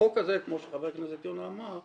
החוק הזה כמו שחבר הכנסת יונה אמר,